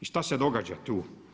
I šta se događa tu?